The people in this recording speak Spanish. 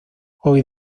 hoy